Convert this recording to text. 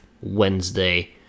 Wednesday